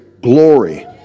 glory